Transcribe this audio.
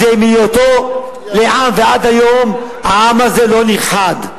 זה שמהיותו לעם ועד היום העם הזה לא נכחד.